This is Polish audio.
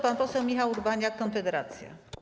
Pan poseł Michał Urbaniak, Konfederacja.